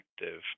effective